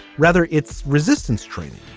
rather it's resistance training.